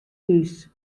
thús